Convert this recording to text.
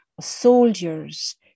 soldiers